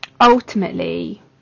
ultimately